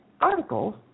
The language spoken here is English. articles